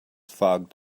fogged